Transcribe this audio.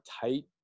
tight